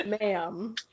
Ma'am